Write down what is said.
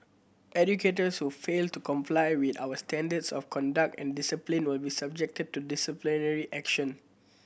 educators who fail to comply with our standards of conduct and discipline will be subjected to disciplinary action